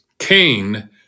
Cain